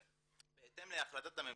בהתאם להחלטת הממשלה,